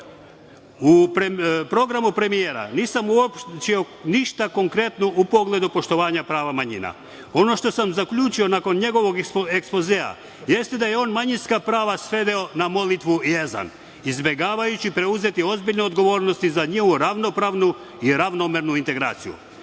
programu premijera nisam uočio ništa konkretno u pogledu poštovanja prava manjina. Ono što sam zaključio nakon njegovog ekspozea jeste da je on manjinska prava sveo na molitvu jezan, izbegavajući preuzeti ozbiljnu odgovornost i za njihovu ravnopravnu i ravnomernu integraciju. Mislim